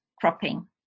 cropping